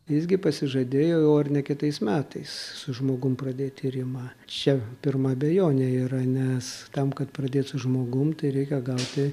jis gi pasižadėjo jau ar ne kitais metais su žmogum pradėt tyrimą čia pirma abejonė yra nes tam kad pradėt su žmogum tai reikia gauti